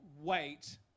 wait